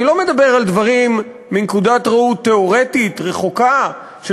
אני לא מדבר על דברים מנקודת ראות תיאורטית ורחוקה של